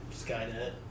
Skynet